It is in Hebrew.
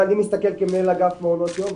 ואני מסתכל כמנהל אגף מעונות יום,